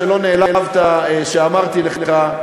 שלא נעלבת שאמרתי לך,